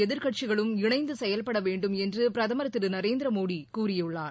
எதிர்கட்சிகளும் இணைந்து செயல்பட வேண்டும் என்று பிரதமர் திரு நரேந்திர மோடி கூறியுள்ளார்